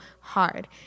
hard